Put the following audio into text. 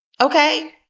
Okay